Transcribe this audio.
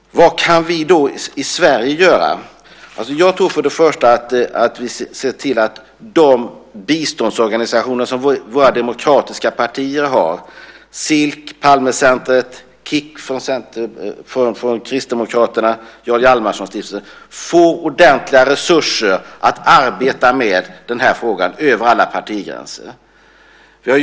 Vad kan då vi i Sverige göra? Jag tror för det första att vi ska se till att de biståndsorganisationer som våra demokratiska partier har, Silc, Palmecentret, Kic från Kristdemokraterna och Jarl Hjalmarsonstiftelsen, får ordentliga resurser att arbeta med den här frågan över alla partigränser.